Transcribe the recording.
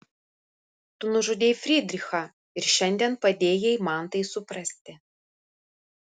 tu nužudei frydrichą ir šiandien padėjai man tai suprasti